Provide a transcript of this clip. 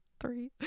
Three